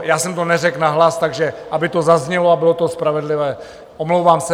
Já jsem to neřekl nahlas, takže aby to zaznělo a bylo to spravedlivé, omlouvám se.